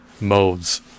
modes